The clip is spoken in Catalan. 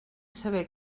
saber